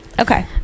okay